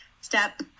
step